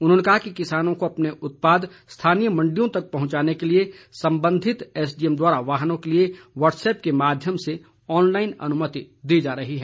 उन्होंने कहा कि किसानों को अपने उत्पाद स्थानीय मंडियों तक पहुंचाने के लिए संबंधित एसडीएम द्वारा वाहनों के लिए वाट्सएप्प के माध्यम से ऑनलाईन अनुमति दी जा रही है